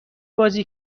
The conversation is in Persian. بازی